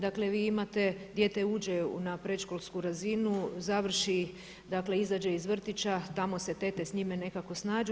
Dakle, vi imate, dijete uđe na predškolsku razinu, završi, dakle izađe iz vrtića, tamo se tete s njime nekako snađu.